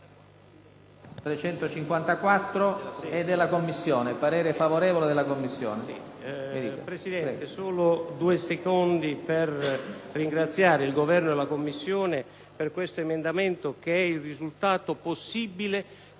brevemente solo per ringraziare il Governo e la Commissione per questo emendamento, che è il risultato possibile